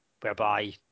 whereby